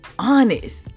honest